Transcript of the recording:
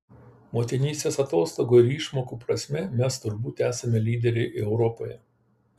motinystės atostogų ir išmokų prasme mes turbūt esame lyderiai europoje